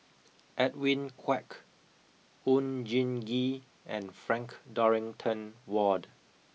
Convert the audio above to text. Edwin Koek Oon Jin Gee and Frank Dorrington Ward